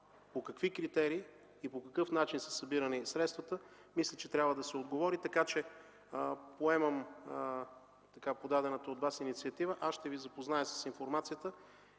по какви критерии и по какъв начин са събирани средствата, мисля, че трябва да се отговори, така че поемам подадената от Вас инициатива. Аз ще Ви запозная с информацията